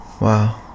Wow